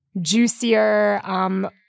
juicier